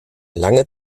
lange